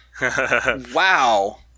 wow